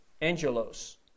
angelos